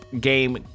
game